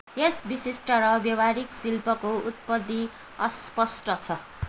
यस विशिष्ट र व्यवहारिक शिल्पको उत्पत्ति अस्पष्ट छ